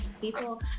people